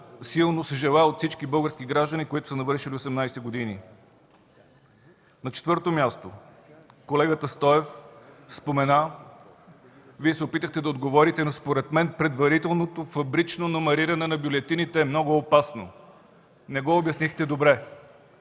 силно се желае от всички български граждани, които са навършили 18 години. На четвърто място – колегата Стоев спомена, Вие се опитахте да отговорите – според мен, предварителното фабрично номериране на бюлетините е много опасно. Не го обяснихте добре.